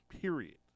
period